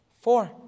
Four